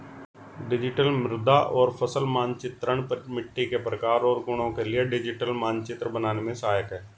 digital मृदा और फसल मानचित्रण मिट्टी के प्रकार और गुणों के लिए डिजिटल मानचित्र बनाने में सहायक है